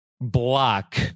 block